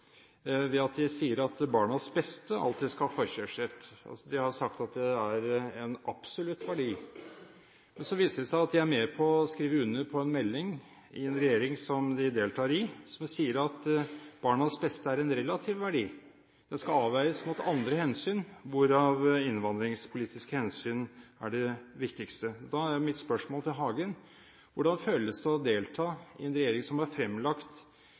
ved at de sier at barnas beste alltid skal ha forkjørsrett – de har sagt at det er en absolutt verdi. Men så viser det seg at de er med på å skrive under på en melding i en regjering som de deltar i, som sier at barnas beste er en relativ verdi – det skal avveies mot andre hensyn, hvorav innvandringspolitiske hensyn er det viktigste. Da er mitt spørsmål til Hagen: Hvordan føles det å delta i en regjering som har fremlagt